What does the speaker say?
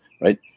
right